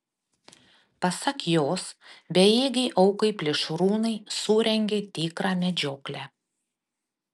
pasak jos bejėgei aukai plėšrūnai surengė tikrą medžioklę